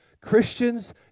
Christians